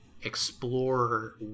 explore